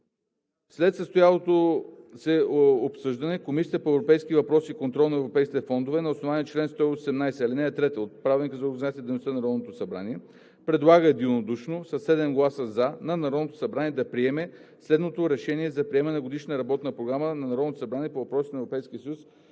След състоялото се обсъждане Комисията по европейските въпроси и контрол на европейските фондове на основание чл. 118, ал. 3 от Правилника за организацията и дейността на Народното събрание предлага единодушно със 7 гласа „за“ на Народното събрание да приеме следното решение за приемане на Годишна работна програма на Народното събрание по въпросите на Европейския съюз